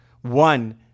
One